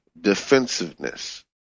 defensiveness